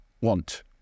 want